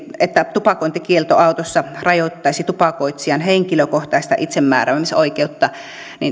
että tupakointikielto autossa rajoittaisi tupakoitsijan henkilökohtaista itsemääräämisoikeutta